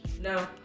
No